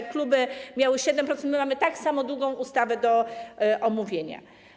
Kluby miały 7 minut, my mamy tak samo długą ustawę do omówienia.